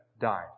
died